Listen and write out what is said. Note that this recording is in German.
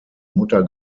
mutter